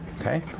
Okay